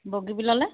বগীবিললৈ